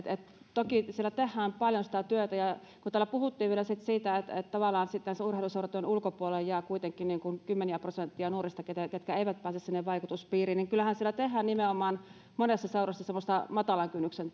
toki siellä tehdään paljon sitä työtä mutta kun täällä puhuttiin vielä siitä että tavallaan tämän urheiluseuratyön ulkopuolelle jää kuitenkin kymmeniä prosentteja nuorista ketkä eivät pääse sinne vaikutuspiiriin niin kyllähän siellä monessa seurassa tehdään nimenomaan semmoista matalan kynnyksen